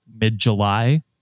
mid-July